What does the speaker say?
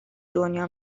دنیا